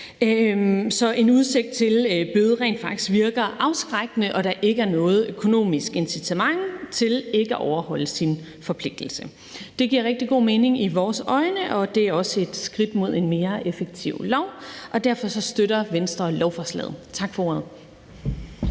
er udsigt til en bøde, der rent faktisk virker afskrækkende, og at der ikke er noget økonomisk incitament til ikke at overholde sin forpligtelse. Det giver rigtig god mening i vores øjne, og det er også et skridt mod en mere effektiv lov. Derfor støtter Venstre lovforslaget. Tak for ordet.